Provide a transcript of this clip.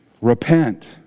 repent